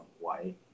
white